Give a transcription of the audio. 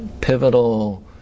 pivotal